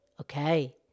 Okay